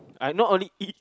I not only eat